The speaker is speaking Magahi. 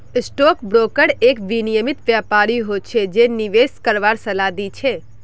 स्टॉक ब्रोकर एक विनियमित व्यापारी हो छै जे निवेश करवार सलाह दी छै